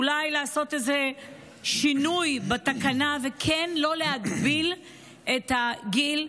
אולי לעשות איזה שינוי בתקנה ולא להגביל את הגיל,